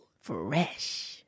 Fresh